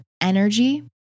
energy